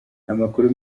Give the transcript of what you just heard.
amakuru